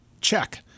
Check